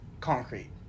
concrete